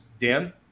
dan